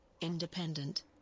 independent